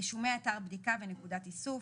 רישומי אתר בדיקה ונקודת איסוף.